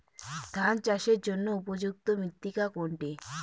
ধান চাষের জন্য উপযুক্ত মৃত্তিকা কোনটি?